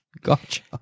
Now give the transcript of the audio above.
Gotcha